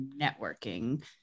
networking